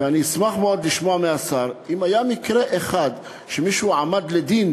ואני אשמח מאוד לשמוע מהשר אם היה מקרה אחד שמישהו הועמד לדין,